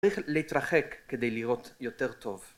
צריך להתרחק כדי לראות יותר טוב.